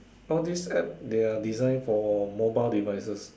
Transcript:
all this App they are design for mobile devices